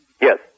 Yes